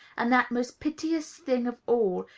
and that most piteous thing of all,